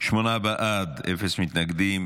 שמונה בעד, אפס מתנגדים.